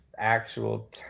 actual